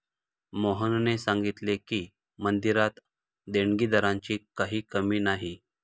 मोहनने सांगितले की, मंदिरात देणगीदारांची काही कमी नाही